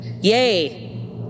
Yay